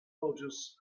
lotus